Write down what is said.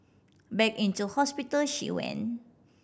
back into hospital she went